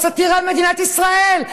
או סאטירה על מדינת ישראל.